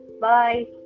bye